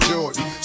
Jordan